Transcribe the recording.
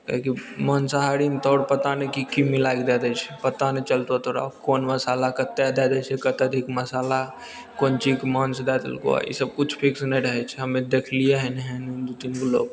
काहेकि माँसाहारीमे तऽ आओर पता नहि की की मिलाएके दै दय छै पता नहि चलतौ तोरा कोन मसाला कतेक दै दय छै कतेकके मसाला कोन चीजके माँस दै देलकौ ईसब किछु फिक्स नहि रहैत छै हमे देखलिए हन एहन एहन दू तीन गो लोग